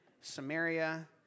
Samaria